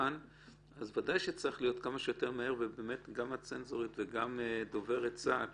יכול להיות שבאמת צריך להיות משהו מקביל לדובר צה"ל